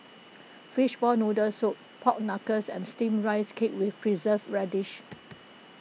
Fishball Noodle Soup Pork Knuckles and Steamed Rice Cake with Preserved Radish